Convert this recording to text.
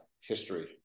history